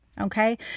okay